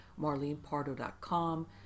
marlenepardo.com